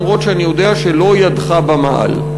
אף שאני יודע שלא ידך במעל.